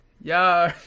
Yo